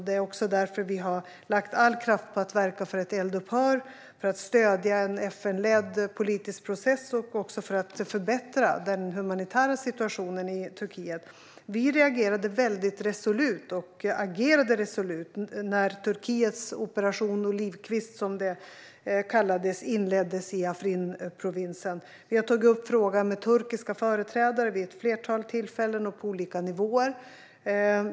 Det är därför som vi har lagt all kraft på att verka för ett eldupphör, för att stödja en FN-ledd politisk process och för att förbättra den humanitära situationen i Turkiet. Vi reagerade mycket resolut och agerade resolut när Turkiets Operation olivkvist, som den kallades, inleddes i Afrinprovinsen. Vi har tagit upp frågan med turkiska företrädare vid ett flertal tillfällen och på olika nivåer.